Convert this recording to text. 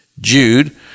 Jude